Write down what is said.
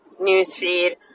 newsfeed